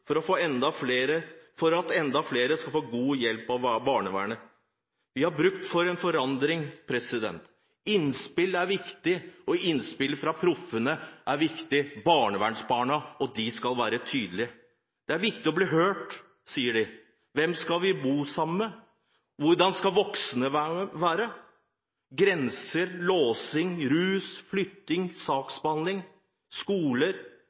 for at enda flere skal få god hjelp av barnevernet. Vi har bruk for en forandring. Innspill er viktig, og innspill fra proffene, barnevernsbarna, er viktige. Og de er tydelige. Det er viktig å bli hørt, sier de: Hvem skal vi bo sammen med? Hvordan skal voksne være? Grenser, låsing, rus, flytting, saksbehandling, skoler